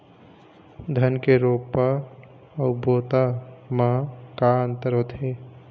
धन के रोपा अऊ बोता म का अंतर होथे?